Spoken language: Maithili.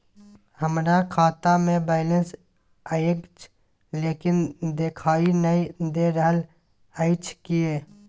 हमरा खाता में बैलेंस अएछ लेकिन देखाई नय दे रहल अएछ, किये?